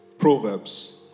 proverbs